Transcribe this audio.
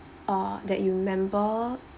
uh that you remember